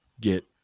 get